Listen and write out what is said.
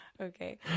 okay